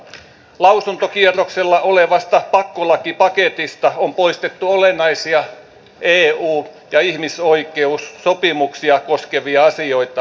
lausuntokierroksella olevasta pakkolakipaketista on poistettu olennaisia eu ja ihmisoikeussopimuksia koskevia asioita